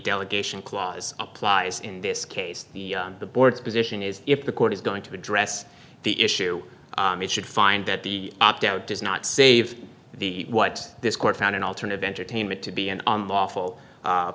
delegation clause applies in this case the the board's position is if the court is going to address the issue it should find that the opt out does not save the what this court found an alternative entertainment to be an unlawful